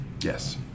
Yes